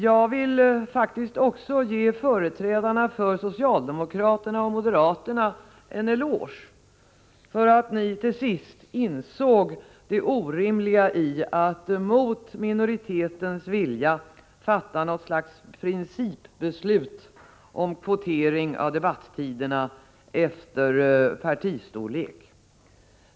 Jag vill faktiskt också ge företrädarna för socialdemokraterna och modera terna en eloge för att ni till sist insåg det orimliga i att mot minoritetens vilja fatta något slags principbeslut om kvotering av debattiderna efter partistorlek.